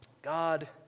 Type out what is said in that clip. God